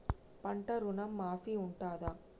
పంట ఋణం మాఫీ ఉంటదా?